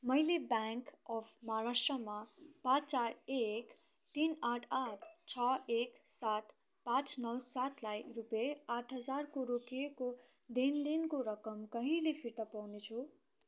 मैले bank of महाराष्ट्रमा पाँच चार एक तिन आठ आठ छ एक सात पाँच नौ सातलाई रुपियाँ आठ हजारको रोकिएको लेनदेनको रकम कहिले फिर्ता पाउनेछु